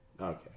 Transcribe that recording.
Okay